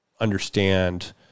understand